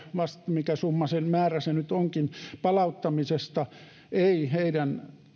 mikä määrä se nyt onkin palauttamisesta ei heidän